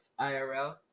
IRL